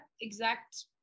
exact